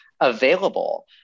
Available